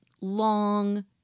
long